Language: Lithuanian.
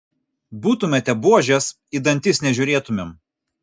būtumėte buožės į dantis nežiūrėtumėm